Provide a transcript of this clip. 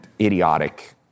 idiotic